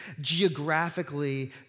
geographically